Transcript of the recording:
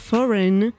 Foreign